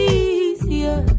easier